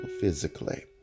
physically